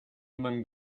among